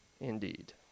indeed